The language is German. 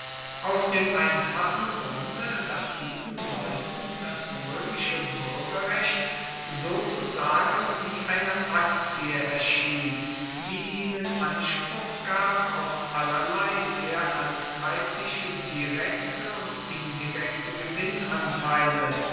aus dem einfachen grunde daß diesen leuten das römische bürgerrecht sozusagen wie eine aktie erschien die ihnen anspruch gab auf allerlei sehr handgreifliche direkte und indirekte